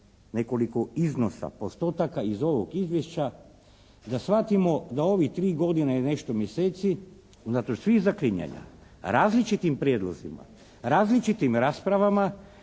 nekoliko iznosa postotaka iz ovog izvješća, da shvatimo da ove tri godine i nešto mjeseci, unatoč svih zaklinjanja različitim prijedlozima, različitim raspravama